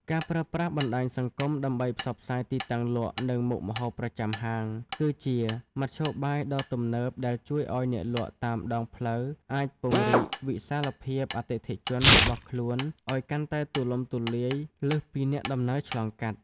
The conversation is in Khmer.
ការប្រើប្រាស់បណ្ដាញសង្គមដើម្បីផ្សព្វផ្សាយទីតាំងលក់ និងមុខម្ហូបប្រចាំហាង គឺជាមធ្យោបាយដ៏ទំនើបដែលជួយឱ្យអ្នកលក់តាមដងផ្លូវអាចពង្រីកវិសាលភាពអតិថិជនរបស់ខ្លួនឱ្យកាន់តែទូលំទូលាយលើសពីអ្នកដំណើរឆ្លងកាត់។